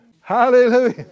Hallelujah